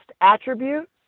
attribute